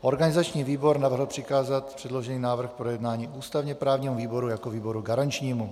Organizační výbor navrhl přikázat předložený návrh k projednání ústavněprávnímu výboru jako výboru garančnímu.